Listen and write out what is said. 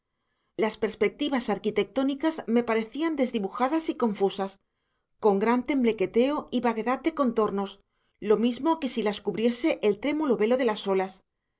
las perspectivas arquitectónicas me parecían desdibujadas y confusas con gran temblequeteo y vaguedad de contornos lo mismo que si las cubriese el trémulo velo de las olas